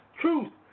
truth